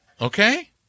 Okay